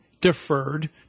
deferred